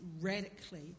radically